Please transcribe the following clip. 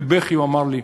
בבכי הוא אמר לי: